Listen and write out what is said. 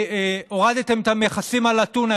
הורדתם את המכסים על הטונה,